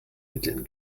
mitteln